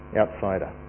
outsider